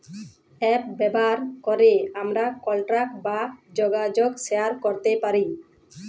app ব্যাভার ক্যরে আমরা কলটাক বা জ্যগাজগ শেয়ার ক্যরতে পারি